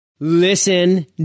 Listen